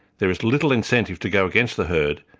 there is little incentive to go against the herd,